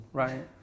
right